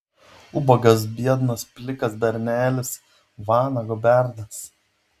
ubagas biednas plikas bernelis vanago bernas